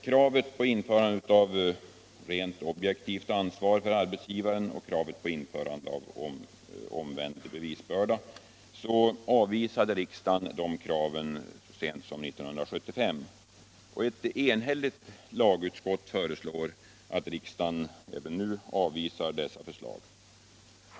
Kravet på införande av rent objektivt ansvar för arbetsgivaren och kravet på införande av omvänd bevisbörda avvisade riksdagen så sent som 1975. Och ett enhälligt lagutskott föreslår att riksdagen även nu avvisar dessa förslag.